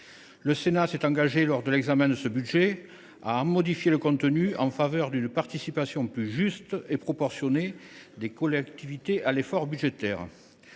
Le Sénat s’est engagé, lors de l’examen de ce projet de budget, à en modifier le contenu en faveur d’une participation plus juste et proportionnée des collectivités à l’effort budgétaire.